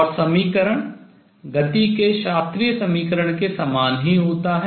और समीकरण गति के शास्त्रीय समीकरण के समान ही होता है